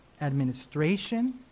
administration